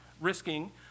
risking